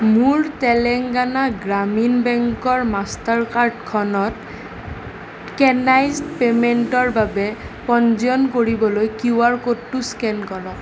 মোৰ তেলেঙ্গানা গ্ৰামীণ বেংকৰ মাষ্টাৰ কাৰ্ডখনত ট'কেনাইজ্ড পে'মেণ্টৰ বাবে পঞ্জীয়ন কৰিবলৈ কিউ আৰ ক'ডটো স্কেন কৰক